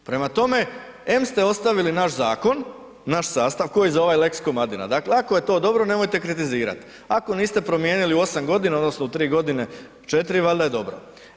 Prema tome, em ste ostavili naš zakon, naš sastav kao i za ovaj lex Komadina, dakle ako je to dobro, nemojte kritizirat, ako niste promijenili u 8 g. odnosno u 3 g. 4, valjda je dobro.